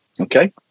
Okay